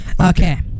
Okay